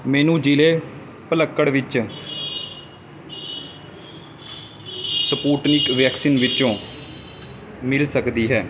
ਮੈਨੂੰ ਜ਼ਿਲ੍ਹੇ ਪਲੱਕੜ ਵਿੱਚ ਸਪੁਟਨਿਕ ਵੈਕਸੀਨ ਵਿੱਚੋਂ ਮਿਲ ਸਕਦੀ ਹੈ